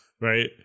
right